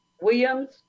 Williams